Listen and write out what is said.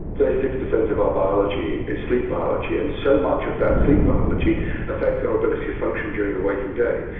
thirty six percent of our biology is sleep biology, and so much of that sleep biology affects our ability to function during the waking day.